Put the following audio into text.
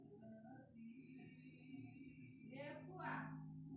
दुनिया भरि के देशो मे लोको के द्वारा अपनो ढंगो से उद्यमिता के जगह देलो जाय छै